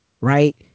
right